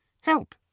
help